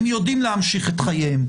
הם יודעים להמשיך את חייהם,